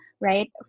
right